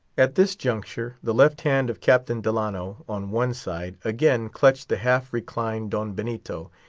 at this juncture, the left hand of captain delano, on one side, again clutched the half-reclined don benito,